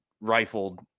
rifled